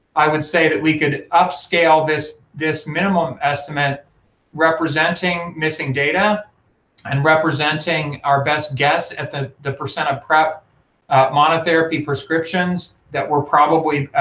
i would say that we could upscale this this minimum estimate representing missing data and representing our best guess at the the percent of prep monotherapy prescriptions that were probably,